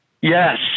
Yes